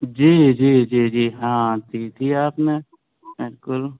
جی جی جی جی ہاں دی تھی آپ نے بالکل